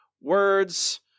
Words